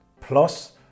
plus